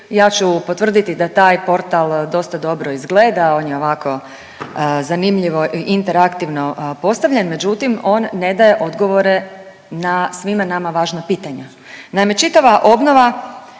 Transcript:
ja ću potvrditi da taj portal dosta dobro izgleda, on je ovako zanimljivo i interaktivno postavljen, međutim on ne daje odgovore na svima nama važna pitanja. Naime, čitava obnova